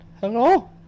hello